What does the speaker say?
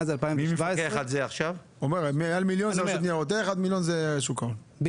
כל החברות הוציאו רישיון ברשות שוק ההון,